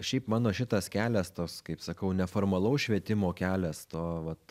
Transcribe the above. šiaip mano šitas kelias tos kaip sakau neformalaus švietimo kelias to vat